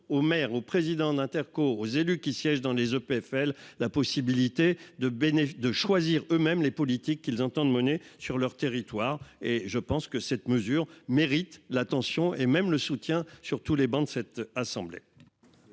au maire, au président Interco aux élus qui siègent dans les EPFL la possibilité de bénef de choisir eux-, mêmes les politiques qu'ils entendent mener sur leur territoire. Et je pense que cette mesure mérite l'attention et même le soutien sur tous les bancs de cette assemblée.